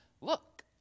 look